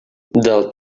del